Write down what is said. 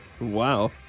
Wow